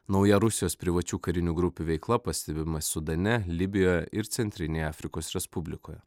nauja rusijos privačių karinių grupių veikla pastebima sudane libijoje ir centrinėje afrikos respublikoje